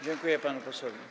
Dziękuję panu posłowi.